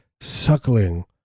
suckling